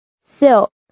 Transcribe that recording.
Silk